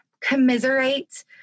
commiserate